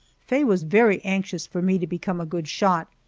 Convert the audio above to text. faye was very anxious for me to become a good shot,